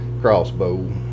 crossbow